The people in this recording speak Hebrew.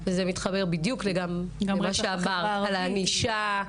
וזה מתחבר בדיוק למה שאמרת על הענישה.